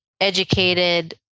educated